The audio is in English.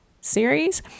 series